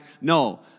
No